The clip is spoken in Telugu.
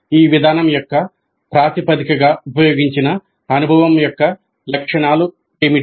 ఈ విధానం యొక్క ప్రాతిపదికగా ఉపయోగించిన అనుభవం యొక్క లక్షణాలు ఏమిటి